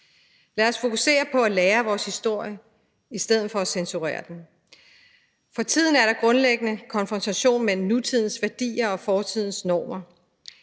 Lad os fokusere på at lære om vores historie i stedet for at censurere den. For tiden er der en grundlæggende konfrontation mellem nutidens værdier og fortidens normer.